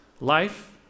life